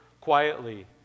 quietly